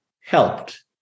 helped